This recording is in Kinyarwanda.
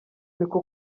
niko